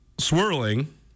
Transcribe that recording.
swirling